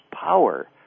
power